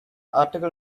article